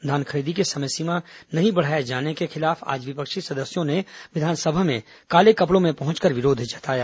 धान खरीदी की समय सीमा नहीं बढ़ाए जाने के खिलाफ आज विपक्षी सदस्यों ने विधानसभा में काले कपड़ों में पहुंचकर विरोध जताया